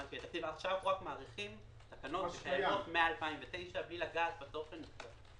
עכשיו אנחנו רק מאריכים תקנות שקיימות מ-2009 בלי לגעת בתוכן.